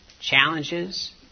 challenges